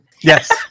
Yes